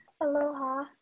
Aloha